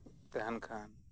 ᱛᱟᱦᱮᱱ ᱠᱷᱟᱱ